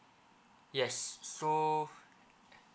yes so